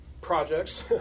projects